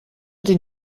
den